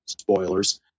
spoilers